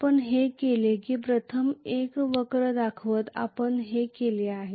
आपण हे केले की प्रथम एक वक्र दाखवत आपण हे केले आहे